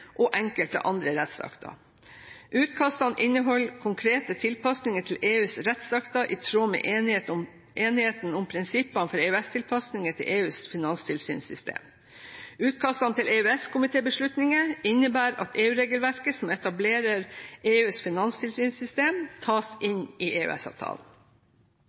og enkelte andre rettsakter. Utkastene inneholder konkrete tilpasninger til EUs rettsakter i tråd med enigheten om prinsippene for EØS-tilpasninger til EUs finanstilsynssystem. Utkastene til EØS-komitébeslutninger innebærer at EU-regelverket som etablerer EUs finanstilsynssystem, tas inn i